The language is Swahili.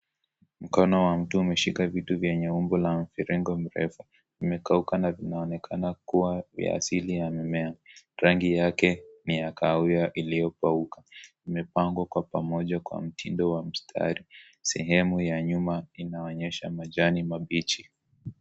Mkono wa mtu umeshika vitu vyenye umbo la mviringo virefu, vimekauka na vinaonekana kuwa vya asili ya mimea rangi yake ni ya kahawia iliyokauka imepangwa kwa pamoja wa mtindo wa mstari sehemu ya nyuma inaonyesha majani mabichi.